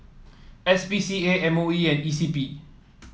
S P C A M O E and E C P